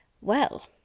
Well